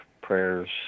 prayers